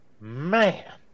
man